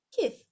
kiss